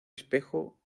espejo